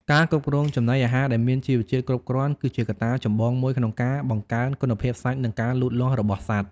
ការគ្រប់គ្រងចំណីអាហារដែលមានជីវជាតិគ្រប់គ្រាន់ គឺជាកត្តាចម្បងមួយក្នុងការបង្កើនគុណភាពសាច់និងការលូតលាស់របស់សត្វ។